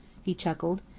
he chuckled.